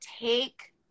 take